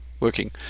working